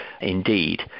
indeed